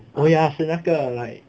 oh ya 是那个 like